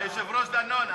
היושב-ראש דנון,